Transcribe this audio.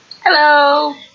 Hello